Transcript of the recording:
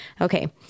okay